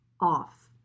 off